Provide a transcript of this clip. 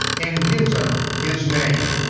and gives him his name.